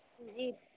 जी